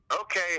okay